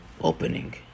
opening